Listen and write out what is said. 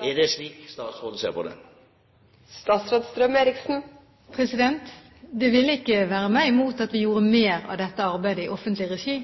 Er det slik statsråden ser på det? Det ville ikke være meg imot at vi gjorde mer av dette arbeidet i offentlig regi.